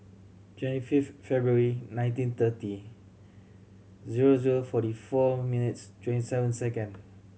twenty fifth February nineteen thirty zero zero forty four minutes twenty seven second